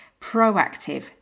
proactive